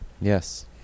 Yes